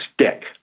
Stick